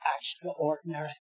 extraordinary